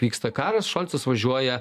vyksta karas šolcas važiuoja